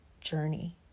journey